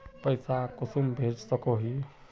पैसा कुंसम भेज सकोही?